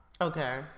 Okay